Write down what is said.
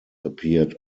appeared